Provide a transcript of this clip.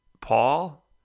Paul